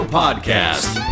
podcast